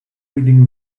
reading